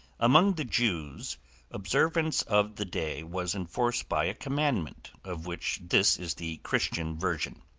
among the jews observance of the day was enforced by a commandment of which this is the christian version